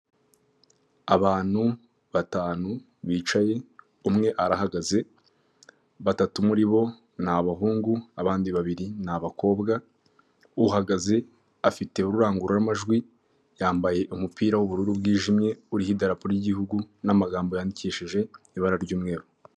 Inzu ikodeshwa iri Kicukiro muri Kigali, ifite ibyumba bine n'amadushe atatu na tuwarete ikaba ikodeshwa amafaranga ibihumbi magana atanu ku kwezi.